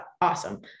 awesome